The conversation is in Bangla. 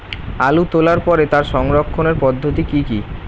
আলু তোলার পরে তার সংরক্ষণের পদ্ধতি কি কি?